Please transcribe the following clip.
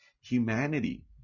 humanity